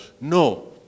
No